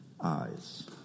eyes